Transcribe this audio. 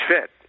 fit